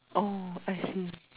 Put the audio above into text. oh I see